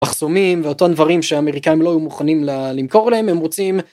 מחסומים ואותם דברים שאמריקאים לא היו מוכנים למכור להם, הם רוצים